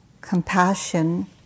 compassion